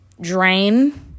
drain